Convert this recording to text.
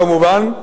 כמובן,